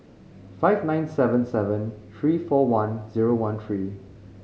five nine seven seven three four one zero one three